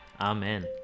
Amen